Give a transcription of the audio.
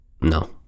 No